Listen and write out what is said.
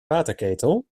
waterketel